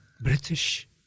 British